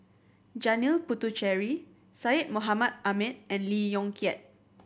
Janil Puthucheary Syed Mohamed Ahmed and Lee Yong Kiat